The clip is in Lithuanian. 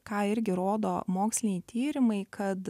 ką irgi rodo moksliniai tyrimai kad